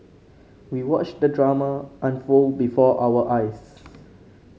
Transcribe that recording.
we watched the drama unfold before our eyes